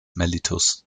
mellitus